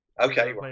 Okay